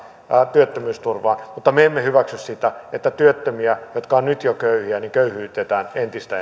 työttömyysturvaan mutta me emme hyväksy sitä että työttömiä jotka ovat nyt jo köyhiä köyhyytetään entistä